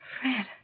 Fred